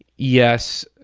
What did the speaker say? yes,